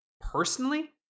Personally